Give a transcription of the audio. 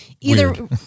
either-